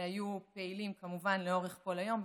שהיו פעילים כמובן לאורך כל היום,